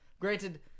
Granted